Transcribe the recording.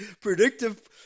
Predictive